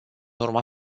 urma